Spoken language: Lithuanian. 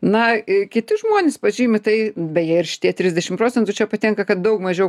na kiti žmonės pažymi tai beje ir šitie trisdešimt procentų čia patenka kad daug mažiau